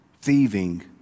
thieving